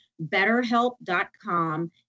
BetterHelp.com